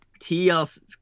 TLS